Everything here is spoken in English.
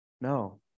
no